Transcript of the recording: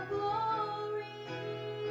Glory